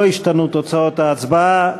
לא השתנו תוצאות ההצבעה.